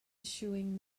issuing